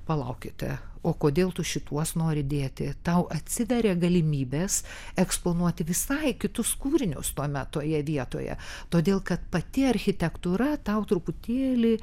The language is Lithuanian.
palaukite o kodėl tu šituos nori dėti tau atsiveria galimybės eksponuoti visai kitus kūrinius tuomet toje vietoje todėl kad pati architektūra tau truputėlį